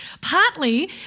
Partly